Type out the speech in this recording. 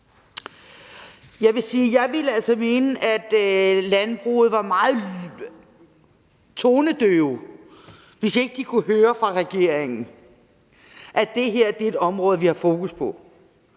ville mene, at landbruget var meget tonedøve, hvis de ikke kunne høre på regeringen, at det her er et område, vi har fokus på.